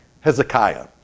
Hezekiah